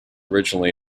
originally